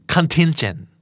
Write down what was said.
Contingent